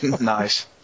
Nice